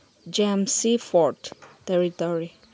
J M C ford territory